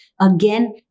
again